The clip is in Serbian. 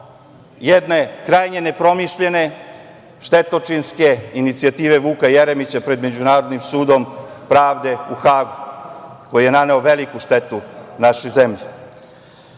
jedne krajnje nepromišljene štetočinske inicijative Vuka Jeremića pred Međunarodnim sudom pravde u Hagu, koji je naneo veliku štetu našoj